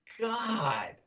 God